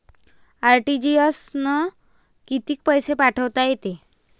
RTGS न कितीक पैसे पाठवता येते?